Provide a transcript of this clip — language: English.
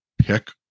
pick